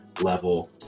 level